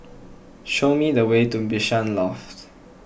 show me the way to Bishan Loft